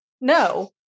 No